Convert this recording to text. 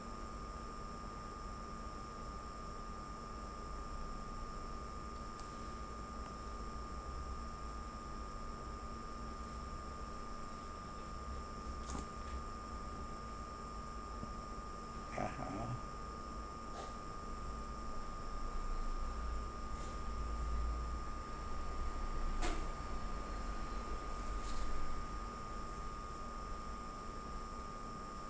(uh huh)